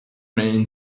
mean